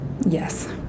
Yes